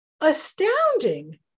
astounding